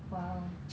!wow!